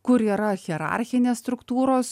kur yra hierarchinės struktūros